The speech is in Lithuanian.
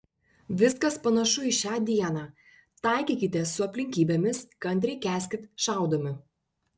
viskas panašu į šią dieną taikykitės su aplinkybėmis kantriai kęskit šaudomi